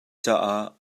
caah